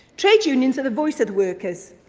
trade unions are the voice of the workers,